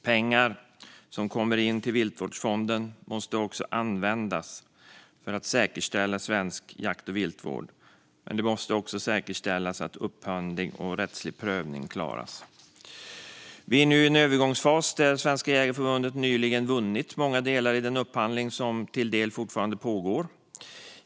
Pengar som kommer in till Viltvårdsfonden måste användas för att säkerställa svensk jakt och viltvård, men det måste också säkerställas att upphandling och rättslig prövning klaras. Vi är nu i en övergångsfas där Svenska Jägareförbundet nyligen har vunnit många delar i den upphandling som till del fortfarande pågår.